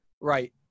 Right